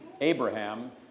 Abraham